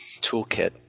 toolkit